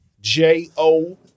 J-O